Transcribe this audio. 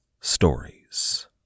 stories